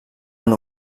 han